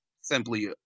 simply